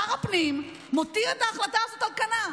שר הפנים מותיר את ההחלטה הזאת על כנה?